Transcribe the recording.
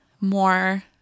more